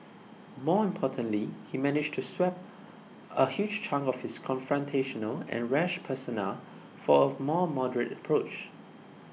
more importantly he managed to swap a huge chunk of his confrontational and rash persona for a more moderate approach